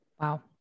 Wow